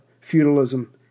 feudalism